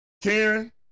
Karen